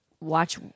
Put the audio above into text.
watch